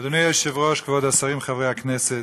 אדוני היושב-ראש, כבוד השרים, חברי הכנסת,